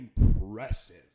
impressive